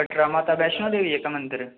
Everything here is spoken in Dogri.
कटरा माता वैष्णो देवी जेह्का मंदर